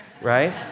right